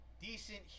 decent